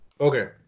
Okay